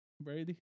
Brady